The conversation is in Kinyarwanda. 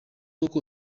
koko